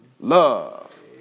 Love